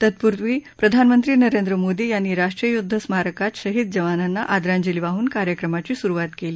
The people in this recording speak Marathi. तत्पूर्वी प्रधानमंत्री नरेंद्र मोदी यांनी राष्ट्रीय युद्ध स्मारकात शहीद जवानांना आदरांजली वाहन कार्यक्रमाची सुरुवात केली